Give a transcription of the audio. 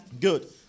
Good